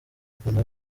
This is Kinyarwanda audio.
akunda